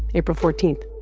april fourteen point